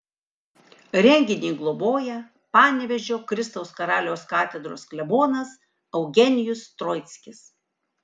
renginį globoja panevėžio kristaus karaliaus katedros klebonas eugenijus troickis